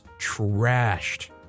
trashed